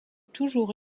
toujours